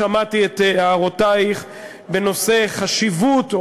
שמעתי את הערותייך בנושא החשיבות,